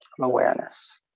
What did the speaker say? awareness